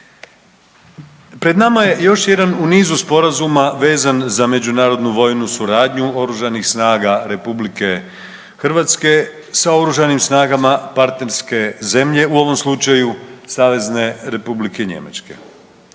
Pred nama je još jedna u nizu sporazuma vezan za međunarodnu vojnu suradnju OSRH sa oružanim snagama partnerske zemlje, u ovom slučaju SR Njemačke,